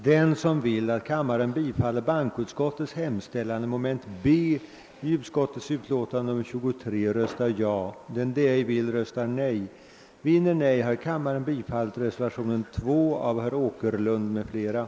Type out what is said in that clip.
Herr talman! Jag avsåg vid omröstningen under mom. B i bankoutskottets utlåtande nr 23 att rösta ja men råkade trycka på nej-knappen.